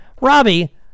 Robbie